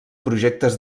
projectes